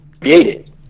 created